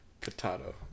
Potato